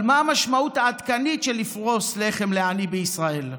אבל מה המשמעות העדכנית של לפרוס לחם לעני בישראל?